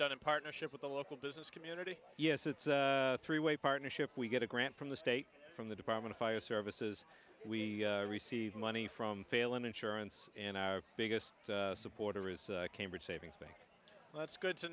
done in partnership with the local business community yes it's a three way partnership we get a grant from the state from the department fire services we receive money from phailin insurance in our biggest supporters cambridge savings bank that's good to